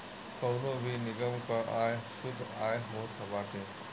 कवनो भी निगम कअ आय शुद्ध आय होत बाटे